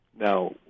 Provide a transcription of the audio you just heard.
Now